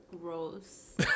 Gross